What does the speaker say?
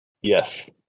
Yes